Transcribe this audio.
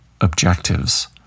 objectives